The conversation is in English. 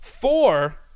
four